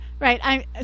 Right